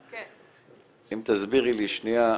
אם תסבירי לי שנייה,